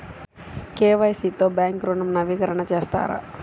KYC తో bank ఋణం నవీకరణ చేస్తారా?